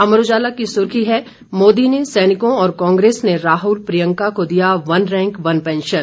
अमर उजाला की सुर्खी है मोदी ने सैनिकों और कांग्रेस ने राहुल प्रियंका को दिया वन रैंक वन पेंशन